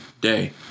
day